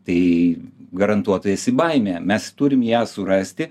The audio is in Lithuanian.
tai garantuotai esi baimėje mes turim ją surasti